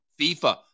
FIFA